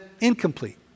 incomplete